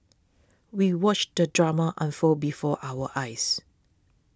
we watched the drama unfold before our eyes